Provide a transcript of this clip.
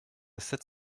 sept